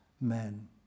men